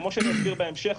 כפי שנסביר בהמשך,